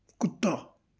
ਕੁੱਤਾ